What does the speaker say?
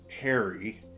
Harry